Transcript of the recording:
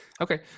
Okay